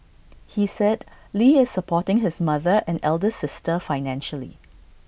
he said lee is supporting his mother and elder sister financially